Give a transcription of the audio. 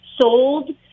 Sold